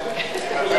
לא נתקבלה.